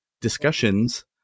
discussions